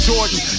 Jordan